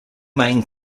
main